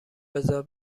بزار